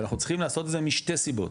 ואנחנו צריכים לעשות את זה משתי סיבות,